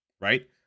right